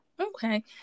Okay